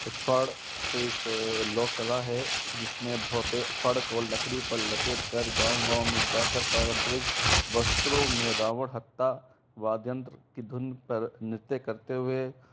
फ़ड़ एक लोक कला है जिस में भोपे फ़ड़ को लकड़ी पर लपेट कर गाँव गाँव में जाकर पारंपरिक वस्त्रों में रावण हत्ता वाद्यंत्र की धुन पर नृत्य करते हुए